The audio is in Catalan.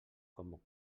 com